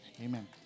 Amen